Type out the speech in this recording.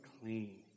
clean